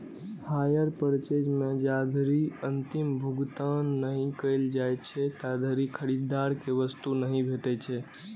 hire purchase मे जाधरि अंतिम भुगतान नहि कैल जाइ छै, ताधरि खरीदार कें वस्तु नहि भेटै छै